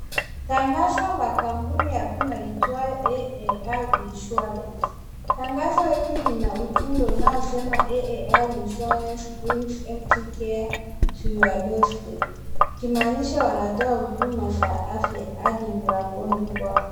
Tangazo la kampuni ya bima iitwayo AAR insurance. Tangazo hii ina ujumbe inayosema AAR insurance brings healthcare to your door step ikimanisha wanatoa huduma za afya hadi mlangoni kwako.